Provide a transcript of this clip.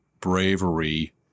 bravery